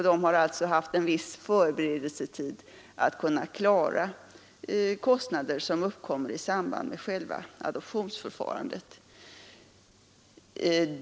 De har alltså haft en viss förberedelsetid att klara de kostnader som uppkommer i samband med själva adoptionsförfarandet.